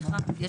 לא,